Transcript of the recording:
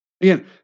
Again